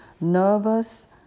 nervous